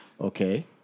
Okay